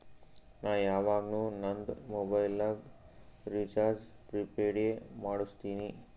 ನಾ ಯವಾಗ್ನು ನಂದ್ ಮೊಬೈಲಗ್ ರೀಚಾರ್ಜ್ ಪ್ರಿಪೇಯ್ಡ್ ಎ ಮಾಡುಸ್ತಿನಿ